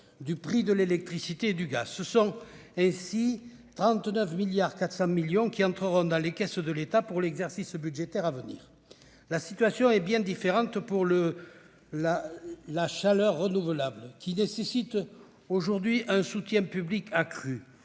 du prix de l'électricité et du gaz. Ce sont ainsi 39,4 milliards d'euros qui entreront dans les caisses de l'État pour l'exercice budgétaire à venir ! La situation est bien différente pour la chaleur renouvelable, qui nécessite aujourd'hui un soutien public accru.